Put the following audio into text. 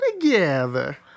together